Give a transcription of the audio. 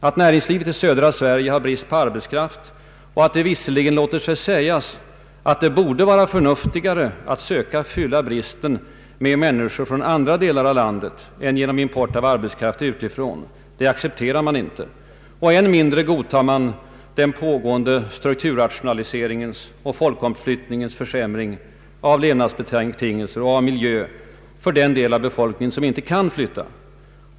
Att näringslivet i södra Sverige har brist på arbetskraft och att det borde vara förnuftigare att söka fylla bristen med mäninskor från andra delar av landet än genom import av arbetskraft utifrån accepterar man inte. Och än mindre godtar man den pågående strukturrationaliseringens och folkomflyttningens försämring av levnadsbetingelser och miljö för den del av befolkningen som inte kan flytta.